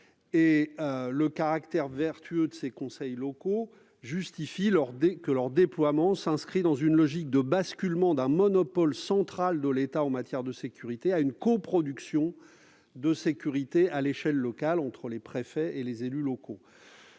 Le caractère vertueux de ces conseils locaux justifie que leur déploiement s'inscrive dans une logique de basculement d'un monopole central de l'État en matière de sécurité à une coproduction de sécurité à l'échelle locale entre les préfets et les élus locaux.